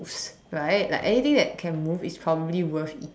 right like anything that can move is probably worth eating